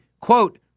quote